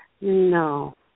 No